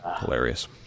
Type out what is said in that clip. hilarious